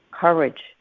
Courage